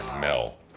Mel